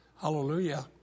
Hallelujah